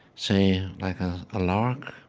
say, like a lark